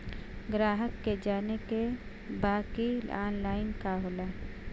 ग्राहक के जाने के बा की ऑनलाइन का होला?